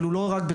אבל לא רק,